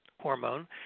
hormone